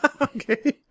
Okay